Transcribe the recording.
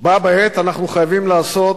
בה בעת, אנחנו חייבים לעשות